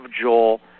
Joel